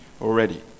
already